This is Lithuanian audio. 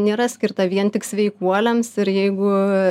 nėra skirta vien tik sveikuoliams ir jeigu